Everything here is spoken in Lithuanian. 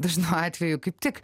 dažnu atveju kaip tik